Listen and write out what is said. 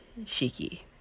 Shiki